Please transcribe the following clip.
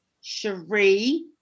Cherie